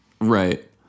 Right